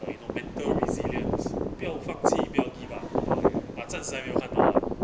uh you know mental resilience 不要放弃不要 give up 好育儿 but 展示来我没有看到 lah